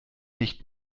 nicht